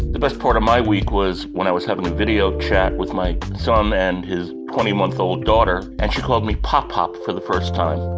the best part of my week was when i was having a video chat with my son um and his twenty month old daughter and she called me pop-pop for the first time.